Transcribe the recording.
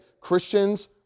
Christians